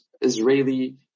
Israeli